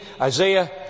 Isaiah